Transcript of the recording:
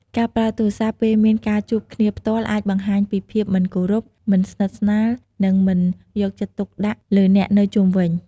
ការប្រើទូរស័ព្ទពេលមានការជួបគ្នាផ្ទាល់អាចបង្ហាញពីភាពមិនគោរព មិនស្និទ្ធស្នាល និងមិនយកចិត្តទុកដាក់លើអ្នកនៅជុំវិញ។